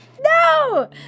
No